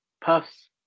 puffs